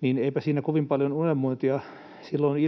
niin eipä siinä kovin paljon unelmointia silloin